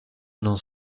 non